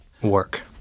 work